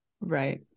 right